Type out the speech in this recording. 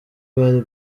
bari